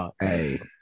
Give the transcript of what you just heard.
hey